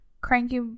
cranky